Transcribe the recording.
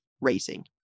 Racing